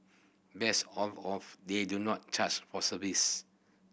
best of all they do not charge for service